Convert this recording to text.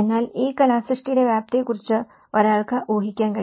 എന്നാൽ ഈ കലാസൃഷ്ടിയുടെ വ്യാപ്തിയെക്കുറിച്ച് ഒരാൾക്ക് ഊഹിക്കാൻ കഴിയും